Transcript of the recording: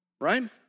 Right